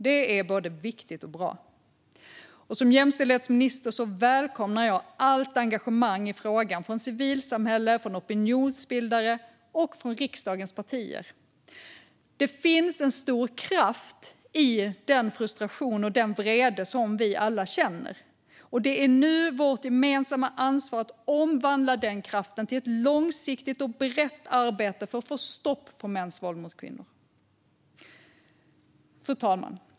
Det är både viktigt och bra. Som jämställdhetsminister välkomnar jag allt engagemang i frågan från civilsamhälle, från opinionsbildare och från riksdagens partier. Det finns en stor kraft i den frustration och den vrede som vi alla känner, och det är nu vårt gemensamma ansvar att omvandla den kraften till ett långsiktigt och brett arbete för att få stopp på mäns våld mot kvinnor. Fru talman!